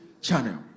channel